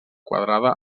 quadrada